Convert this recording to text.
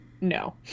No